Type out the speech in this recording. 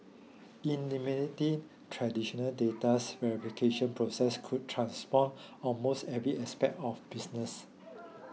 eliminating traditional datas verification processes could transform almost every aspect of business